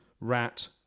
Rat